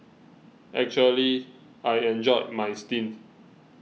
actually I enjoyed my stint